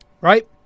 right